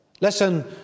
Listen